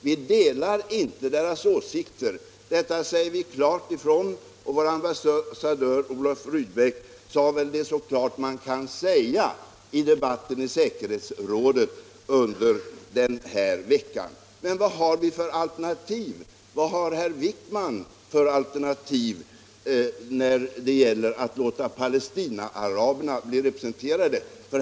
Vi delar inte dess åsikter. Detta säger vi klart ifrån, och vår ambassadör Olof Rydbeck sade det väl så klart man kan säga det i debatten i säkerhetsrådet under den här veckan. Men vad har vi för alternativ? Vad har herr Wijkman för alternativ när det gäller att låta palestinaaraberna bli representerade?